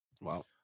Wow